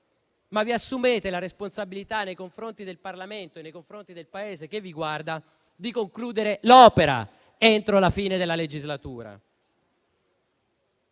ma vi assumete la responsabilità davanti al Parlamento e nei confronti del Paese che vi guarda di concludere l'opera entro la fine della legislatura.